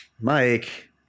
Mike